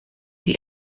die